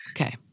Okay